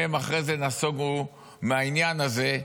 והם אחרי זה נסוגו מהעניין הזה,